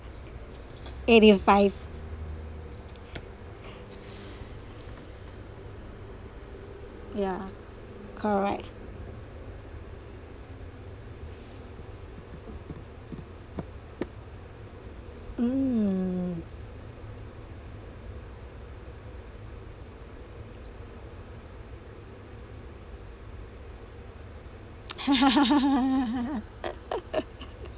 eighty and five ya correct mm